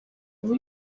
ubu